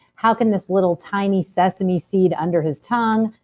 how can this little, tiny sesame seed under his tongue,